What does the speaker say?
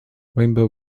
rainbow